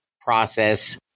process